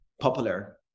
popular